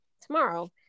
tomorrow